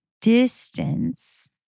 distance